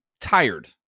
tired